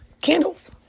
Candles